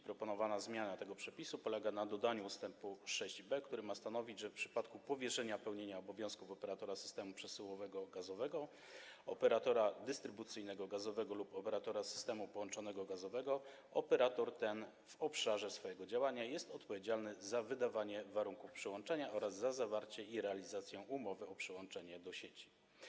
Proponowana zmiana tego przepisu polega na dodaniu ust. 6b, który ma stanowić, że w przypadku powierzenia pełnienia obowiązków operatora systemu przesyłowego gazowego, operatora dystrybucyjnego gazowego lub operatora systemu połączonego gazowego, operator ten w obszarze swojego działania jest odpowiedzialny za wydawanie warunków przyłączenia oraz za zawarcie i realizację umowy o przyłączenie do sieci.